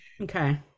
Okay